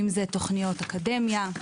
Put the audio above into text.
אם זה תוכניות אקדמיה,